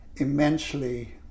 immensely